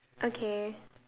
okay